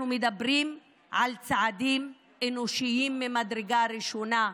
אנחנו מדברים על צעדים אנושיים ממדרגה ראשונה,